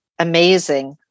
amazing